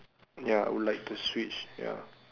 ya I would like to switch ya